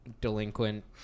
delinquent